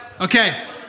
Okay